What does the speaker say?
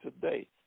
today